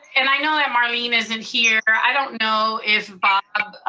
and i know that marlene isn't here. i don't know if bob,